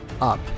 up